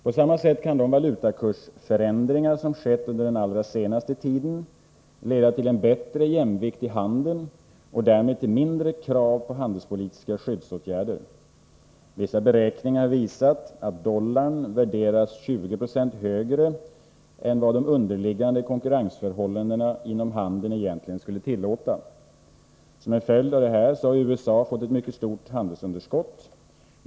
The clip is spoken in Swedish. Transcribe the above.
På samma sätt kan de valutakursförändringar som skett under den senaste tiden leda till en bättre jämvikt i handeln och därmed till mindre krav på handelspolitiska skyddsåtgärder. Vissa beräkningar har visat att dollarn värderats 20 20 högre än vad de underliggande konkurrensförhållandena inom handeln egentligen skulle tillåta. Som en följd av detta har USA fått ett mycket stort handelsunderskott.